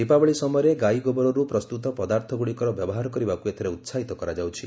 ଦୀପାବଳୀ ସମୟରେ ଗାଈ ଗୋବରରୁ ପ୍ରସ୍ତୁତ ପଦାର୍ଥ ଗୁଡ଼ିକର ବ୍ୟବହାର କରିବାକୁ ଏଥିରେ ଉସାହିତ କରାଯାଉଛି